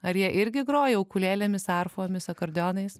ar jie irgi groja ukulėlėmis arfomis akordeonais